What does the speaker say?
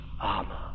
armor